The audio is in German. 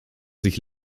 sich